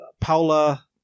Paula